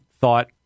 thought